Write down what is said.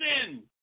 sin